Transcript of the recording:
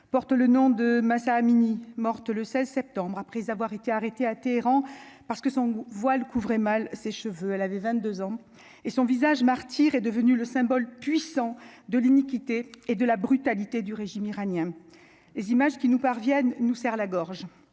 porte le nom de Mahsa Amini, morte le 16 septembre après avoir été arrêtée à Téhéran, parce que son voile couvrait mal ses cheveux, elle avait 22 ans et son visage martyr est devenu le symbole puissant de l'iniquité et de la brutalité du régime iranien, les images qui nous parviennent, nous serre la gorge,